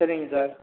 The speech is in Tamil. சரிங்க சார்